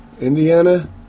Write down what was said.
Indiana